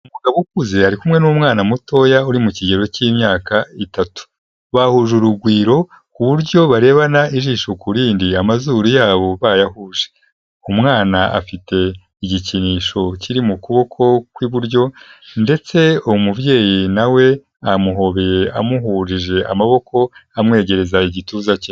Umugabo ukuze ari kumwe n'umwana mutoya uri mu kigero cy'imyaka itatu, bahuje urugwiro ku buryo barebana ijisho kuri rindi, amazuru yabo bayahuje, umwana afite igikinisho kiri mu kuboko kw'iburyo, ndetse uwo mubyeyi na we amuhobeye amuhurije amaboko amwegereza igituza cye.